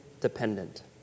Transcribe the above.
dependent